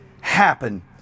happen